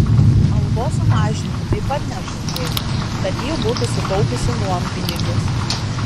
algos sumažinti taip pat nežadėjau tad ji būtų sutaupiusi nuompinigius